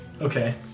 Okay